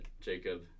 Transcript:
Jacob